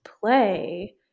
play